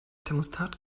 thermostat